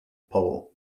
pole